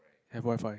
have Wi-Fi